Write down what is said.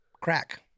Crack